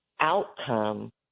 outcome